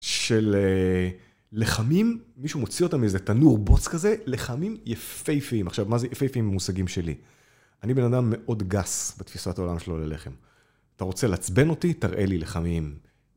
של לחמים, מישהו מוציא אותם איזה תנור בוץ כזה, לחמים יפהפיים. עכשיו, מה זה יפהפיים, הם מושגים שלי. אני בן אדם מאוד גס בתפיסת העולם שלו ללחם. אתה רוצה לעצבן אותי, תראה לי לחמים.